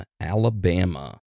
Alabama